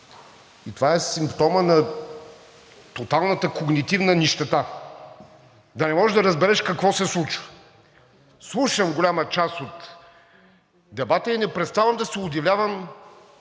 и това е симптомът на тоталната когнитивна нищета – да не можеш да разбереш какво се случва? Слушам голяма част от дебата и не преставам да се удивлявам